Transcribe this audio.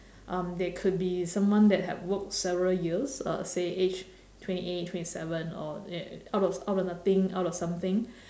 um they could be someone that have worked several years uh say age twenty eight twenty seven or out of out of nothing out of something